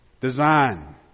design